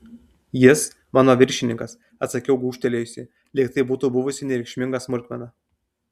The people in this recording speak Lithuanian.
jis mano viršininkas atsakiau gūžtelėjusi lyg tai būtų buvusi nereikšminga smulkmena